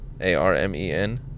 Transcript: A-R-M-E-N